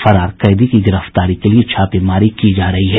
फरार कैदी की गिरफ्तारी के लिए छापेमारी की जा रही है